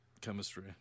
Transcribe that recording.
chemistry